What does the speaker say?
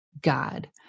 God